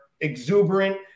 exuberant